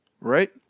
Right